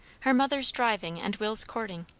her mother's driving and will's courting,